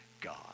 God